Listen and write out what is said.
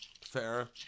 Fair